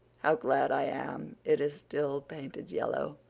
how glad i am it is still painted yellow.